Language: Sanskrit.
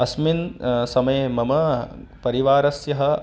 अस्मिन् समये मम परिवारस्यः